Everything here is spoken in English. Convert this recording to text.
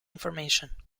information